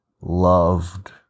loved